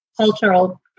cultural